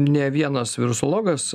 ne vienas virusologas